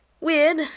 Weird